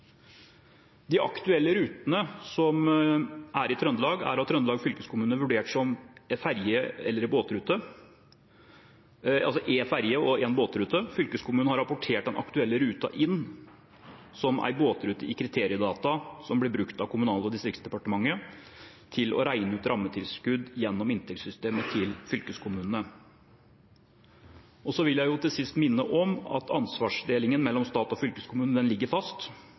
De aktuelle rutene i Trøndelag er av Trøndelag fylkeskommune vurdert som én ferge og én båtrute. Fylkeskommunen har rapportert den aktuelle ruten inn som en båtrute i kriteriedata som blir brukt av Kommunal- og distriktsdepartementet for å regne ut rammetilskudd gjennom inntektssystemet til fylkeskommunene. Jeg vil til sist minne om at ansvarsdelingen mellom stat og fylkeskommune ligger fast.